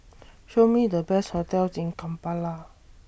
Show Me The Best hotels in Kampala